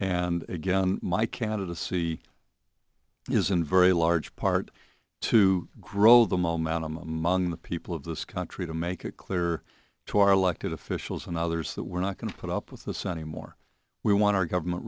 and again my candidacy is in very large part to grow the momentum among the people of this country to make it clear to our elected officials and others that we're not going to put up with this sunny more we want our government